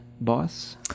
boss